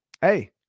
hey